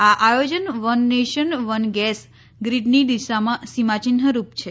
આ આયોજન one nation one gas ગ્રીડની દિશામાં સીમાચિન્હરૂપ છે